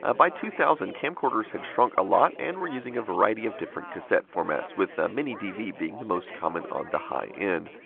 ah by two thousand, camcorders had shrunk a lot and were using a variety of different cassette formats, with mini-dv being the most common on the high end.